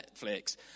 Netflix